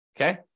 okay